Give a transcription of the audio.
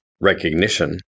recognition